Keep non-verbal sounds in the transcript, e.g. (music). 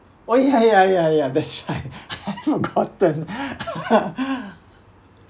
oh ya ya ya ya that's right (laughs) I've forgotten (laughs)